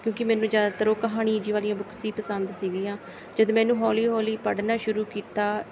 ਕਿਉਂਕਿ ਮੈਨੂੰ ਜ਼ਿਆਦਾਤਰ ਉਹ ਕਹਾਣੀ ਜੀ ਵਾਲੀਆਂ ਬੁੱਕਸ ਦੀ ਪਸੰਦ ਸੀਗੀਆਂ ਜਦ ਮੈਂ ਇਹਨੂੰ ਹੌਲੀ ਹੌਲੀ ਪੜ੍ਹਨਾ ਸ਼ੁਰੂ ਕੀਤਾ